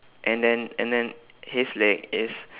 and then and then his leg is